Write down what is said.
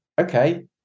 okay